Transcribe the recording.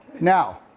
now